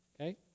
Okay